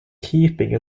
keeping